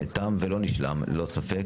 תם ולא נשלם הדיון בנושא הזה, ללא ספק.